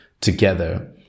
together